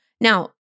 Now